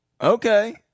Okay